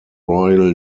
royal